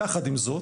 עם זאת,